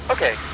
Okay